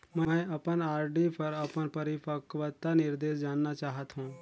मैं अपन आर.डी पर अपन परिपक्वता निर्देश जानना चाहत हों